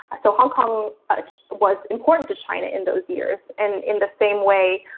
so hong kong was important to china in those years. and in the same way,